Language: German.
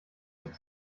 nicht